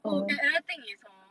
oh and another thing is hor